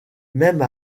même